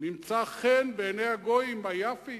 נמצא חן בעיני הגויים מה יפית.